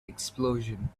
explosion